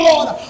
Lord